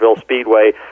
Speedway